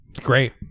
great